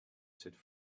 cette